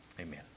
amen